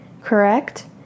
Correct